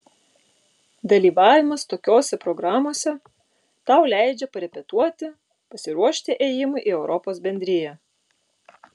dalyvavimas tokiose programose tau leidžia parepetuoti pasiruošti ėjimui į europos bendriją